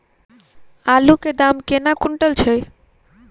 आलु केँ दाम केना कुनटल छैय?